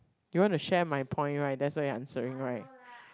you want to share my point right that's why you are answering right